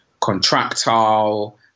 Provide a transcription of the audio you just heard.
Contractile